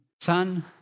Son